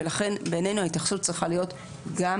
ולכן בעינינו ההתייחסות צריכה להיות גם